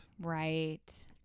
Right